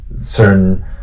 certain